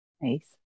Nice